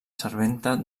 serventa